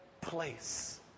place